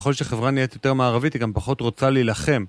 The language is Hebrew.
בכל שחברה נהיית יותר מערבית היא גם פחות רוצה להילחם.